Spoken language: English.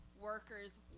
worker's